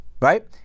right